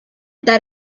that